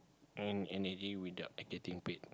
and and easily without getting bed